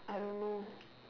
I don't know